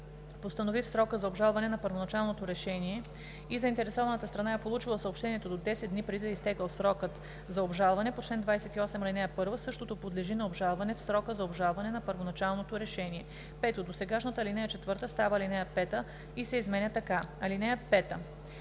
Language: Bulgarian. постанови в срока за обжалване на първоначалното решение и заинтересованата страна е получила съобщението до 10 дни преди да е изтекъл срокът за обжалване по чл. 28, ал. 1, същото подлежи на обжалване в срока за обжалване на първоначалното решение.“ 5. Досегашната ал. 4 става ал. 5 и се изменя така: „(5)